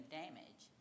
damage